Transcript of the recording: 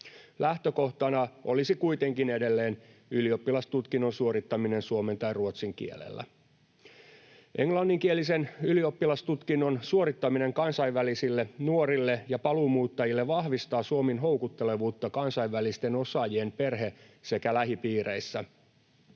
Lähtökohtana olisi kuitenkin edelleen ylioppilastutkinnon suorittaminen suomen tai ruotsin kielellä. Englanninkielisen ylioppilastutkinnon suorittaminen kansainvälisille nuorille ja paluumuuttajille vahvistaa Suomen houkuttelevuutta kansainvälisten osaajien perhe- sekä lähipiireissä.